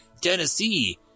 Tennessee